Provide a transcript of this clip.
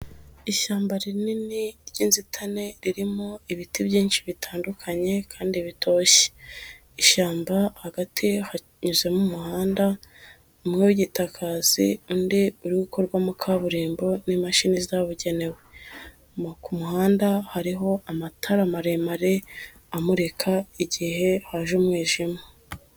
Ishyamba rinini ry'inzitane ririmo ibiti byinshi bitandukanye kandi bitoshye, ishyamba hagati hanyuzemo umuhanda, umwegitakazi undi uri gukorwamo kaburimbo n'imashini zabugenewe, ku muhanda hariho amatara maremare amurika igihe haje umwijima.